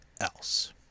else